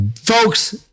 folks